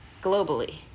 globally